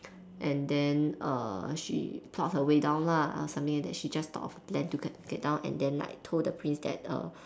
and then err she plot her way down lah something like that she just thought of a plan to get get down and then like told the prince that err